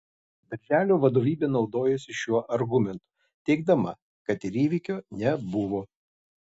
darželio vadovybė naudojosi šiuo argumentu teigdama kad ir įvykio nebuvo